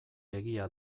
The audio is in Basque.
egia